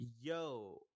yo